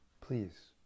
Please